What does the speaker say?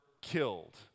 killed